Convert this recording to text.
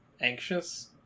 anxious